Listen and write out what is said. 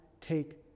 take